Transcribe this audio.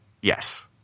Yes